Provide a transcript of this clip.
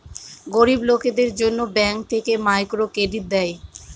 গরিব লোকদের জন্য ব্যাঙ্ক থেকে মাইক্রো ক্রেডিট দেয়